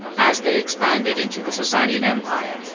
as they expanded into the sassanian empire,